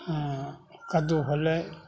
आओर कद्दू होलै